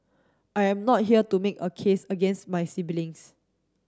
I am not here to make a case against my siblings